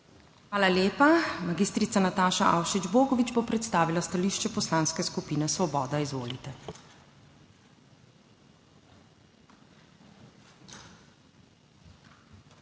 Hvala lepa. Mag. Nataša Avšič Bogovič bo predstavila stališče Poslanske skupine Svoboda. Izvolite. **MAG.